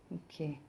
okay